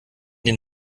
den